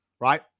right